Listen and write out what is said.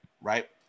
right